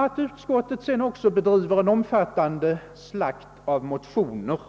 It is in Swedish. Att utskottet sedan också bedriver en omfattande slakt av motioner